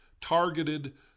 targeted